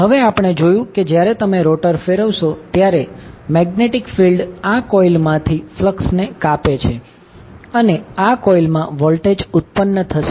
હવે આપણે જોયું કે જ્યારે તમે રોટર ફેરવશો ત્યારે મેગ્નેટિક ફિલ્ડ આ કોઈલમાંથી ફ્લક્સ ને કાપે છે અને આ કોઇલમાં વોલ્ટેજ ઉત્પન્ન થશે